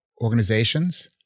organizations